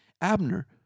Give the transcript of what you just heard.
Abner